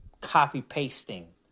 copy-pasting